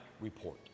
report